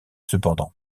cependant